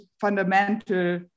fundamental